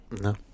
no